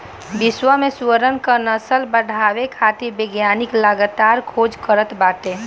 विश्व में सुअरन क नस्ल बढ़ावे खातिर वैज्ञानिक लगातार खोज करत बाटे